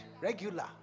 Regular